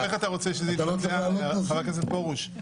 איך אתה רוצה שזה יתבצע, חבר הכנסת פרוש?